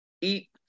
eat